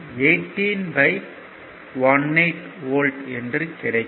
18 volt என்று கிடைக்கும்